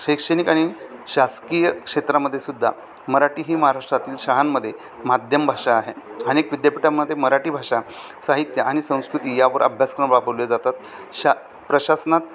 शैक्षणिक आणि शासकीय क्षेत्रामध्ये सुद्धा मराठी ही महाराष्ट्रातील शाळांमध्ये माध्यम भाषा आहे अनेक विद्यापीठामध्ये मराठी भाषा साहित्य आणि संस्कृती यावर अभ्यासक्रम राबवले जातात शा प्रशासनात